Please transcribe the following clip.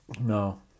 No